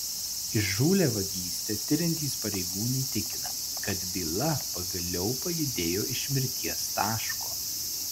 įžūlią vagystę tiriantys pareigūnai tikina kad byla pagaliau pajudėjo iš mirties taško